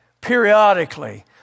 periodically